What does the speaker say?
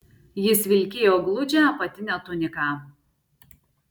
jis vilkėjo gludžią apatinę tuniką